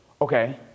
Okay